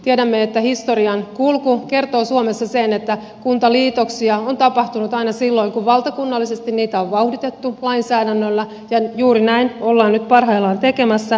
tiedämme että historian kulku kertoo suomessa sen että kuntaliitoksia on tapahtunut aina silloin kun valtakunnallisesti niitä on vauhditettu lainsäädännöllä ja juuri näin ollaan nyt parhaillaan tekemässä